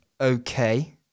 okay